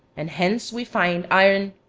and hence we find iron,